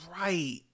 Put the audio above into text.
right